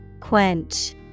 Quench